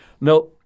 No